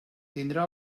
tindrà